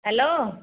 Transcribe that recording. hello